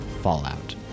fallout